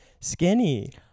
skinny